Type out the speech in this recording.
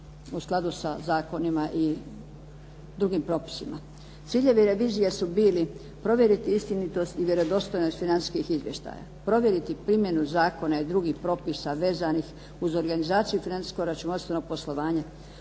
u skladu sa zakonima i drugim propisima. Ciljevi revizije su bili provjeriti istinitost i vjerodostojnost financijskih izvještaja. Provjeriti primjenu zakona i drugih propisa vezanih uz organizaciju i financijsko-računovodstveno poslovanje.